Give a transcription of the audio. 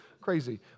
crazy